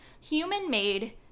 human-made